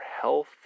health